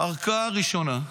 ערכאה ראשונה,